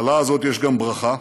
בקללה הזאת יש גם ברכה.